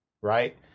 right